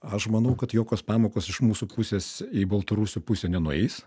aš manau kad jokios pamokos iš mūsų pusės į baltarusių pusę nenueis